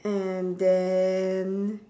and then